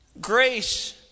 Grace